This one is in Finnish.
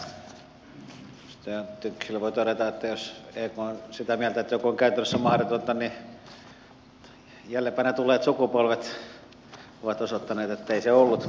edustaja tynkkyselle voi todeta että jos ek on sitä mieltä että joku on käytännössä mahdotonta niin jäljempänä tulleet sukupolvet ovat osoittaneet ettei se ollut